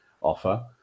offer